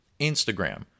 Instagram